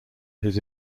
his